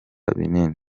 binini